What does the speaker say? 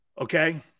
Okay